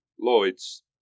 Lloyds